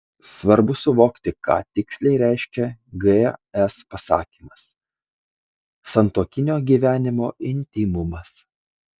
svarbu suvokti ką tiksliai reiškia gs pasakymas santuokinio gyvenimo intymumas